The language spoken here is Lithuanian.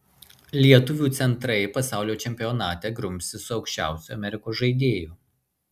lietuvių centrai pasaulio čempionate grumsis su aukščiausiu amerikos žaidėju